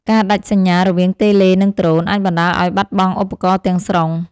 ការដាច់សញ្ញារវាងតេឡេ និងដ្រូន អាចបណ្ដាលឱ្យបាត់បង់ឧបករណ៍ទាំងស្រុង។